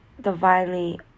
divinely